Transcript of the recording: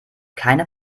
keine